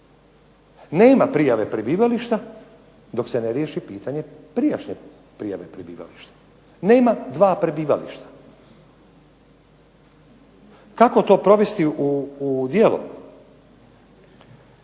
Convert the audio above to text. Nema prijave prebivalište dok se ne riješi pitanje prijašnje prijave prebivališta. Nema dva prebivališta. Kako to provesti u djelo?